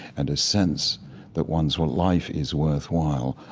and a sense that one's one's life is worthwhile,